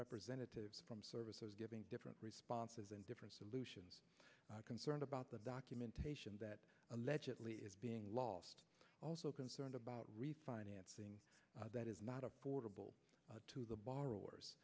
representatives from services giving different responses and different solutions are concerned about the documentation that is being lost also concerned about refinancing that is not affordable to the borrowers